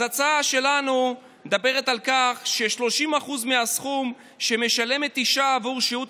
אז ההצעה שלנו מדברת על כך ש-30% מהסכום שמשלמת אישה בעבור שהות